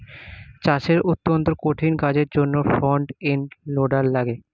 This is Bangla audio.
চাষের অত্যন্ত কঠিন কাজের জন্যে ফ্রন্ট এন্ড লোডার লাগে